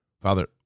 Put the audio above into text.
Father